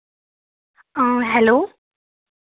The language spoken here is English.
hello